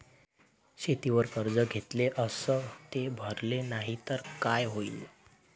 शेतीवर कर्ज घेतले अस ते भरले नाही तर काय होईन?